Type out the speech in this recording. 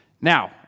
Now